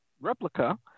replica